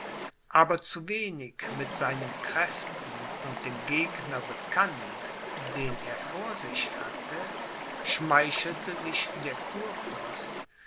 aber zu wenig mit seinen kräften und dem gegner bekannt den er vor sich hatte schmeichelte sich der